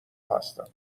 هستم